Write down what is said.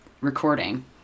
recording